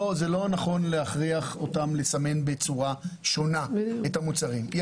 זה לא נכון להכריח אותם לסמן את המוצרים בצורה שונה.